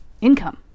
income